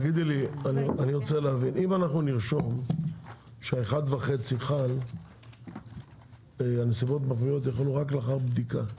אם אנחנו נרשום שאחד וחצי חל רק לאחר בדיקה,